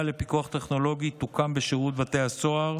לפיקוח טכנולוגי תוקם בשירות בתי הסוהר,